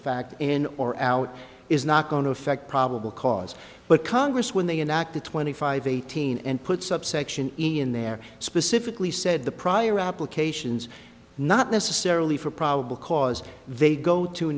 fact in or out is not going to affect probable cause but congress when they enacted twenty five eighteen and put subsection in there specifically said the prior applications not necessarily for probable cause they go to a